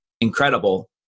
incredible